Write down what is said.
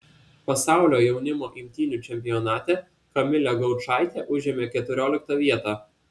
pasaulio jaunimo imtynių čempionate kamilė gaučaitė užėmė keturioliktą vietą